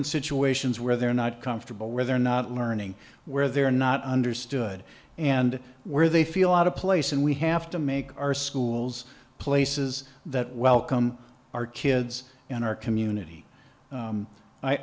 in situations where they're not comfortable where they're not learning where they're not understood and where they feel out of place and we have to make our schools places that welcome our kids in our community